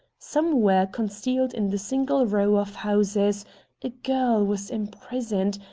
somewhere concealed in the single row of houses a girl was imprisoned,